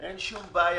אין שום בעיה,